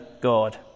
God